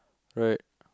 alright